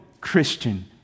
Christian